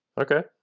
Okay